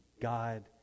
God